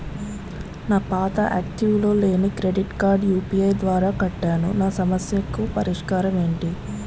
నా పాత యాక్టివ్ లో లేని క్రెడిట్ కార్డుకు యు.పి.ఐ ద్వారా కట్టాను నా సమస్యకు పరిష్కారం ఎంటి?